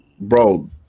bro